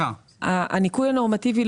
הניכוי הנורמטיבי,